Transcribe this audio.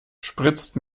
spritzt